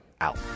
out